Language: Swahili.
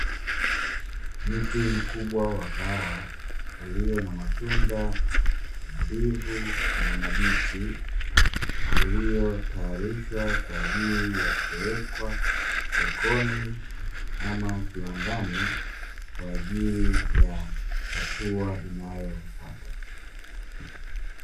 Mti mkubwa wa kahawa ulio na matunda mbivu na mabichi, yaliyotayarishwa kwa ajili ya kupelekwa sokoni ama kiwandani kwa ajili ya hatua inayofuata.